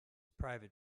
private